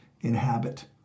inhabit